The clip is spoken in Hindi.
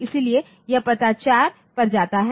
इसलिए यह पते 4 पर जाता है